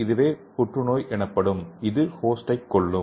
இதுவே புற்றுநோய் எனப்படும் இது ஹோஸ்டைக்கொல்லும்